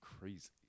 crazy